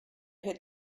had